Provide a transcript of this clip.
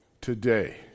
Today